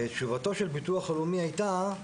תשובת הביטוח הלאומי היתה: